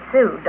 Sue